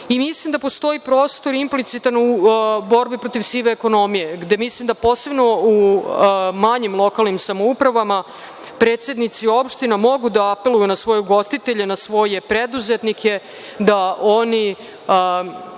i mislim da postoji prostor implicitan u borbi protiv sive ekonomije, gde mislim da posebno u manjim lokalnim samoupravama predsednici opština mogu da apeluju na svoje ugostitelje, na svoje preduzetnike da oni